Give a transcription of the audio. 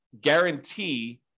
guarantee